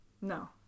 no